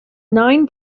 nine